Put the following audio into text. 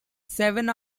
seven